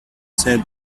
said